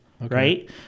right